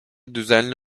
düzenli